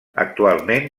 actualment